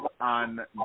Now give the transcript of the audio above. on